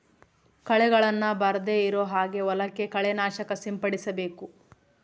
ಕಳೆಗಳನ್ನ ಬರ್ದೆ ಇರೋ ಹಾಗೆ ಹೊಲಕ್ಕೆ ಕಳೆ ನಾಶಕ ಸಿಂಪಡಿಸಬೇಕು